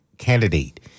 Candidate